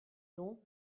donc